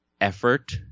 effort